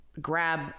Grab